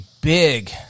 big